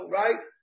right